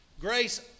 Grace